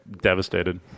devastated